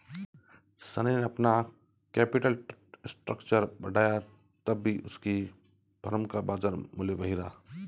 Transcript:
शनी ने अपना capital structure बढ़ाया तब भी उसकी फर्म का बाजार मूल्य वही रहा